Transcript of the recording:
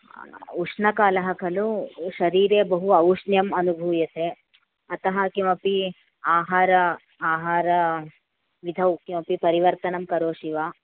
आ उष्णकालः खलु शरीरे बहु औष्ण्यम् अनुभूयते अतः किमपि आहार आहारविधौ किमपि परिवर्तनं करोषि वा